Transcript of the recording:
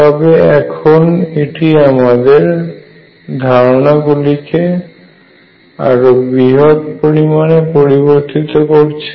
তবে এখন এটি আমদের ধারণা গুলিকে আরো বৃহৎ পরিমাণে পরিবর্তিত করেছে